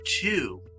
two